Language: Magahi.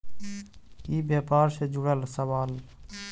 ई व्यापार से जुड़ल सवाल?